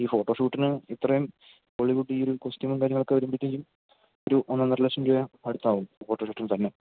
ഈ ഫോട്ടോഷൂട്ടിന് ഇത്രയും ഹോളിവുഡ് രീതിയില് ഒരു കോസ്ട്യും ഉണ്ടാക്കുകയുമൊക്കെ വരുമ്പോഴത്തേക്കും ഒരു ഒന്നൊന്നര ലക്ഷം രൂപയ്ക്ക് അടുത്താകും ഫോട്ടോഷൂട്ടിന് തന്നെ